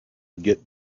get